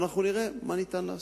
אנחנו נראה מה אפשר לעשות.